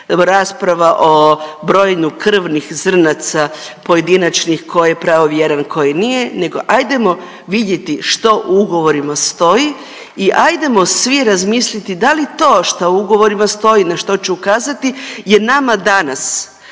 rasprava o brojenju krvnih zrnaca pojedinačnih ko je pravo vjeran koji nije, nego ajdemo vidjeti što u ugovorima stoji i ajdemo svi razmisliti da li to šta u ugovorima stoji na što ću ukazati je nama danas